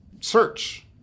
search